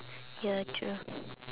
ya true